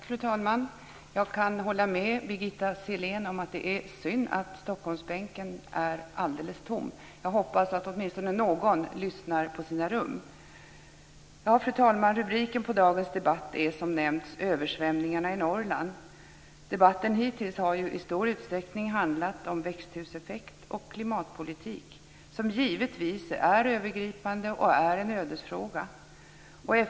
Fru talman! Jag kan hålla med Birgitta Sellén om att det är synd att Stockholmsbänken är alldeles tom. Jag hoppas att åtminstone någon lyssnar på sitt rum. Fru talman! Rubriken på dagens debatten är, som nämnts, Översvämningarna i Norrland. Debatten hittills har ju i stor utsträckning handlat om växthuseffekt och klimatpolitik, vilket givetvis är övergripande och ödesfrågor.